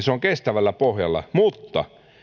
se on kestävällä pohjalla mutta